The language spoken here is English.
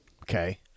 Okay